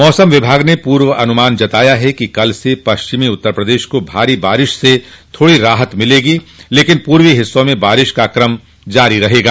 मौसम विभाग ने पूर्वानुमान जताया है कि कल से पश्चिमी उत्तर प्रदेश को भारी बारिश से थोड़ी राहत मिलेगी लेकिन पूर्वी हिस्सों में बारिश का क्रम जारी रहेगा